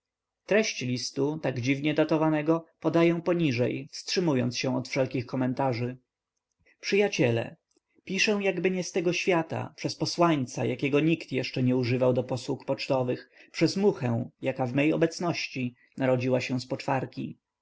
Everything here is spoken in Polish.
treść listu tak dziwnie datowanego podaję poniżej wstrzymując się od wszelkich komentarzy przyjaciele piszę jakby nie z tego świata przez posłańca jakiego nikt jeszcze nie używał do posług pocztowych przez muchę jaka w mej obecności narodziła się z